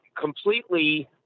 completely